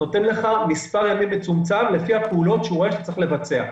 נותן לך מספר ימים מצומצם לפי הפעולות שהוא רואה שצריך לבצע.